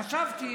חשבתי,